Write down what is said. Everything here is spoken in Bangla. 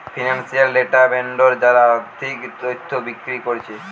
ফিনান্সিয়াল ডেটা ভেন্ডর যারা আর্থিক তথ্য বিক্রি কোরছে